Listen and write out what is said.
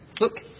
Look